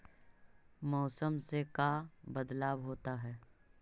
मौसम से का बदलाव होता है?